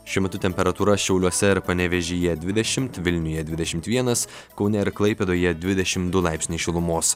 šiuo metu temperatūra šiauliuose ir panevėžyje dvidešimt vilniuje dvidešimt vienas kaune ir klaipėdoje dvidešim du laipsniai šilumos